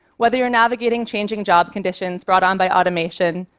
whether you're navigating changing job conditions brought on by automation,